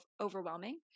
overwhelming